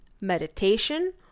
meditation